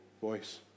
voice